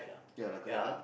ya lah correct ah